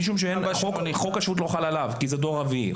משום שחוק השבות לא חל עליו, כי הוא דור רביעי.